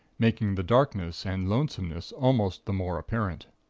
making the darkness and lonesomeness almost the more apparent.